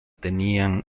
tenían